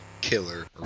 killer